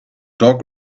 dog